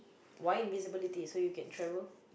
why invisibility so you can travel